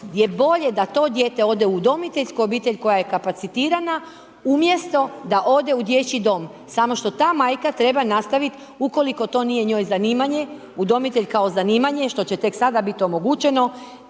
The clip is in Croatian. je bolje da to dijete ode udomiteljsku obitelj koja je kapacitirana umjesto da ode u dječji dom, samo što ta majka treba nastaviti ukoliko to njoj nije zanimanje, udomitelj kao zanimanje, što će tek sada biti omogućeno,